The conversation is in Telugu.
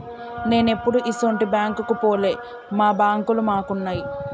నేనెప్పుడూ ఇసుంటి బాంకుకు పోలే, మా బాంకులు మాకున్నయ్